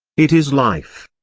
it is life.